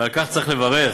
ועל כך צריך לברך.